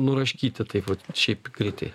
nuraškyti taip vat šiaip greitai